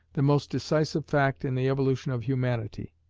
the most decisive fact in the evolution of humanity.